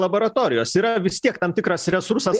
laboratorijos yra vis tiek tam tikras resursas